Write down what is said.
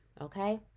okay